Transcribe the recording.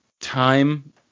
time